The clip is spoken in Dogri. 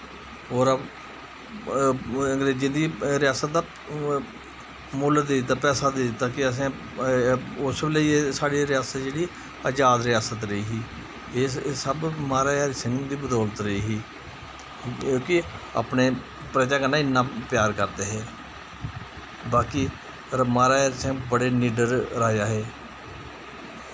होर अंग्रज़ें रियास्त दा मुल्ल देई दित्ता पैसा देई दित्ता कि असें उसलै साढ़ी रियास्त जेह्ड़ी आज़ाद रियास्त रेही ही एह् सब महा राजा हरि सिंह हुंदे बदोलत रेही ही ओह् कि अपनी प्रजा कन्नै इन्ना प्यार करदे हे बाकी महा राजा हरि सिंह होर बड़े निडर राजा हे